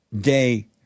Day